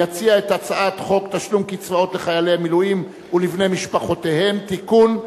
יציע את הצעת חוק תשלום קצבאות לחיילי מילואים ולבני משפחותיהם (תיקון,